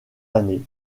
années